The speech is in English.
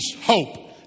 hope